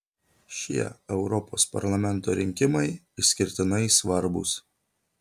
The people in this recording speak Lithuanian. šie europos parlamento rinkimai išskirtinai svarbūs